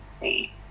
see